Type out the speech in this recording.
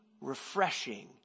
refreshing